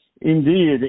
Indeed